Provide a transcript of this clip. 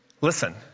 Listen